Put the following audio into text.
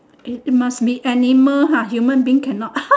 it it must be animal ha human being cannot